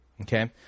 Okay